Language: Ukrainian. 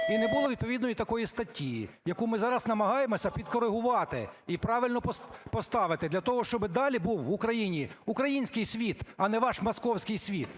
і не було відповідної такої статті, яку ми зараз намагаємося підкоригувати і правильно поставити для того, щоби далі був в Україні український світ, а не ваш московський світ.